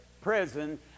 prison